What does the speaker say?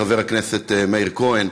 חבר הכנסת מאיר כהן,